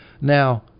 Now